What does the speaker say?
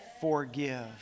Forgive